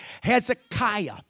hezekiah